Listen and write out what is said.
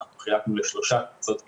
אנחנו חילקנו לשלוש קבוצות גילאים,